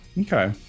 Okay